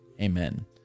Amen